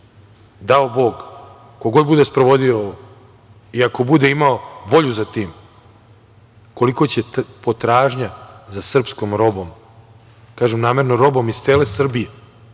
dao Bog, ko god bude sprovodio ovo i ako bude imao volju za tim, koliko će potražnja za srpskom robom, kažem namerno robom iz cele Srbije,